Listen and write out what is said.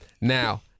Now